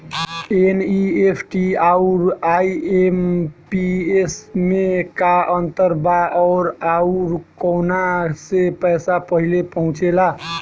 NEFT आउर IMPS मे का अंतर बा और आउर कौना से पैसा पहिले पहुंचेला?